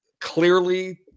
clearly